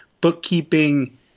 bookkeeping